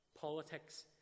politics